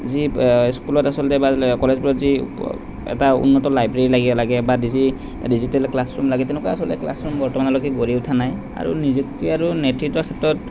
যি স্কুলত আচলতে বা কলেজবোৰত যি এটা উন্নত লাইব্ৰেৰী লাগে লাগে বা ডিজি ডিজিটেল ক্লাছৰুম লাগে তেনেকুৱা আচলতে ক্লাছৰুম বৰ্তমানলৈকে গঢ়ি উঠা নাই আৰু নিযুক্তি আৰু নেতৃত্ৱৰ ক্ষেত্ৰত